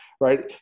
right